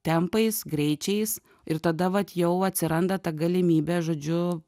tempais greičiais ir tada vat jau atsiranda ta galimybė žodžiu